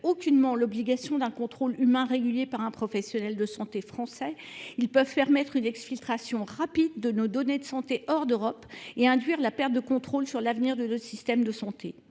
aucunement l'obligation d'un contrôle humain régulier par un professionnel de santé français. Ils peuvent permettre une exfiltration rapide de nos données de santé hors d'Europe et induire la perte de contrôle sur l'avenir de notre système de santé.